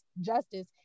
justice